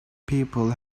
people